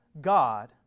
God